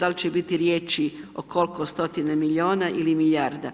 da li će biti riječi o koliko stotina milijuna ili milijarda.